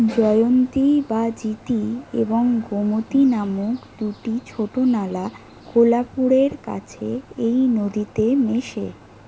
জয়ন্তী বা জিতি এবং গোমতী নামক দুটি ছোট নালা কোলাপুরের কাছে এই নদীতে মেশে